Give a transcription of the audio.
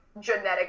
genetic